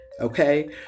Okay